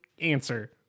answer